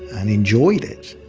and enjoyed it.